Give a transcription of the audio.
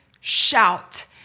shout